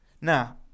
Now